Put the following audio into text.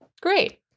Great